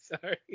Sorry